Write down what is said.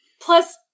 plus